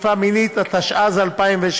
תקיפה מינית), התשע"ז 2017,